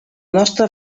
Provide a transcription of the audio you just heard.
nostra